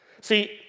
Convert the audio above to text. See